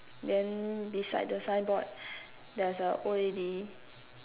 then beside the signboard there's a old lady